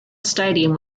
stadium